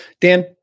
Dan